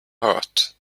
hurt